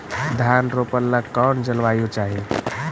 धान रोप ला कौन जलवायु चाही?